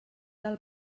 del